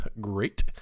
great